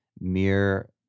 mere